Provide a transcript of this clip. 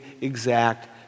exact